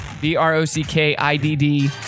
B-R-O-C-K-I-D-D